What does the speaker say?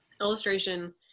illustration